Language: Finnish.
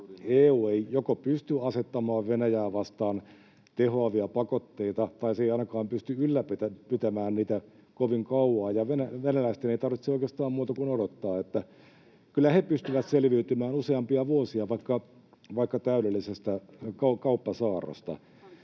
EU ei joko pysty asettamaan Venäjää vastaan tehoavia pakotteita tai se ei ainakaan pysty ylläpitämään niitä kovin kauaa. Ja venäläisten ei tarvitse oikeastaan muuta kun odottaa: kyllä he pystyvät selviytymään useampia vuosia vaikka täydellisestä kauppasaarrosta.